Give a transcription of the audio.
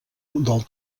del